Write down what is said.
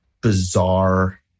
bizarre